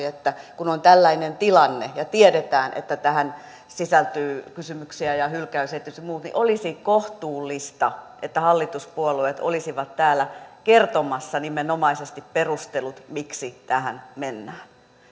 että kun on tällainen tilanne ja tiedetään että tähän sisältyy kysymyksiä ja hylkäys esitys ja muuta niin olisi kohtuullista että hallituspuolueet olisivat täällä kertomassa nimenomaisesti perustelut miksi tähän mennään